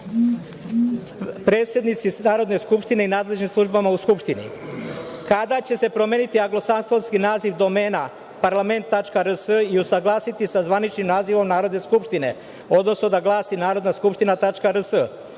traktor. Predsednici Narodne skupštine i nadležnim službama u Skupštini – kada će se promeniti anglosaksonski naziv domena parlament.rs i usaglasiti sa zvaničnim nazivom Narodne skupštine, odnosno da glasi – narodnaskupstina.rs,